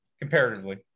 comparatively